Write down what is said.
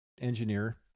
engineer